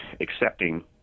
accepting